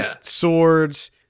swords